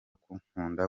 kunkunda